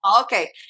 Okay